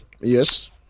Yes